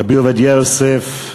רבי עובדיה יוסף,